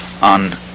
On